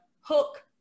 hook